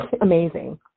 amazing